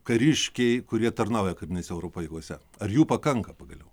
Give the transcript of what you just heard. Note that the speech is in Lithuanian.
kariškiai kurie tarnauja karinėse oro pajėgose ar jų pakanka pagaliau